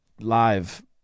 live